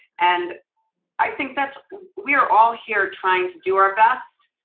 and i think that's we are all here trying to do our best.